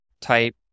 type